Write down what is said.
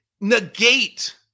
negate